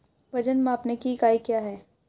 वजन मापने की इकाई क्या है?